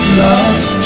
lost